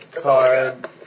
card